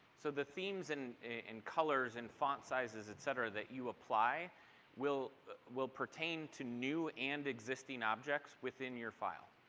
so the themes and and colors and font sizes et cetera that you apply will will pertain to new and existing objects within your file.